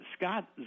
scott